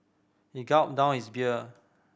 he gulped down his beer